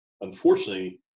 unfortunately